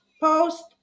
post